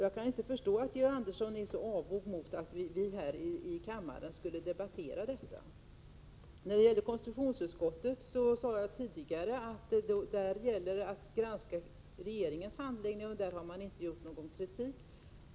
Jag kan inte förstå att Georg Andersson är så avogt inställd till att vi här i kammaren debatterar detta. När det gäller konstitutionsutskottet sade jag tidigare att granskningen där gäller regeringens handläggning och att man där inte framfört någon kritik.